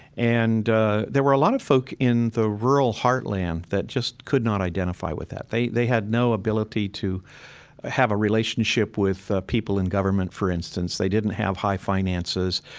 and there were a lot of folk in the rural heartland that just could not identify with that. they they had no ability to have a relationship relationship with ah people in government, for instance. they didn't have high finances.